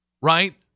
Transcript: right